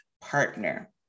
partner